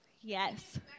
Yes